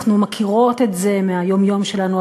אנחנו מכירות את זה מהיום-יום שלנו,